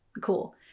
cool